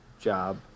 job